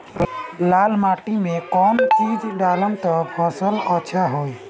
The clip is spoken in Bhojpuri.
लाल माटी मे कौन चिज ढालाम त फासल अच्छा होई?